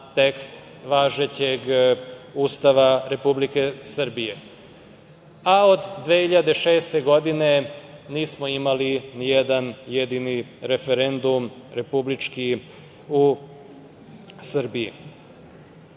tekst važećeg Ustava Republike Srbije. Od 2006. godine nismo imali nijedna jedini referendum republički u Srbiji. Ono